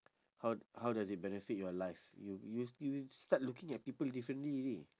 how how does it benefit your life you you you start looking at people differently already